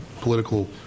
political